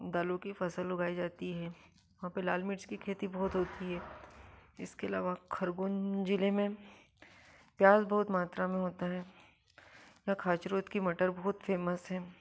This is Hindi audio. दालों की फसल उगाई जाती हैं वहाँ पर लाल मिर्च की खेती बहुत होती है इसके अलावा खरगोन ज़िले में प्याज बहुत मात्रा में होता है यहाँ खाचरोद की मटर बहुत फेमस है